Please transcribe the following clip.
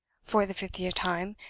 for the fiftieth time,